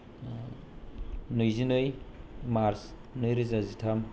नैजिनै मार्च नै रोजा जिथाम